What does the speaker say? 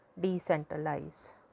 decentralize